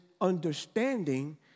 understanding